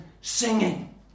singing